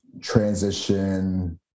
transition